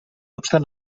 obstant